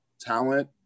talent